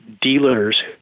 dealers